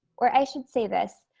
or i should say this,